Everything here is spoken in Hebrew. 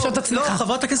חבר כנסת